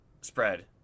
spread